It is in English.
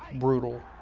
brutal,